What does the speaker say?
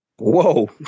Whoa